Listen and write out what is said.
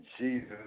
Jesus